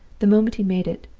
the moment he made it,